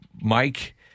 Mike